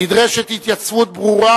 נדרשת התייצבות ברורה,